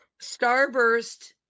Starburst